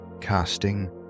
casting